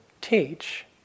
teach